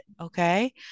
okay